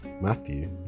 Matthew